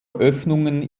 öffnungen